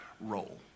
role